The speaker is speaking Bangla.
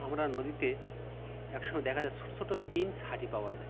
আমরা নদীতে এক সঙ্গে দেখা যায় ছোট ছোট প্রিন্স হাঁটি পাওয়া যায়